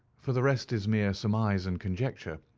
for the rest is mere surmise and conjecture.